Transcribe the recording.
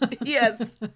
Yes